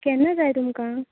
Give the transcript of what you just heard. केन्ना जाय तुमकां